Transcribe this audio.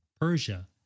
Persia